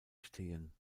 stehen